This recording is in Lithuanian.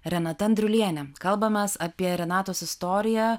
renata andriulienė kalbamės apie renatos istoriją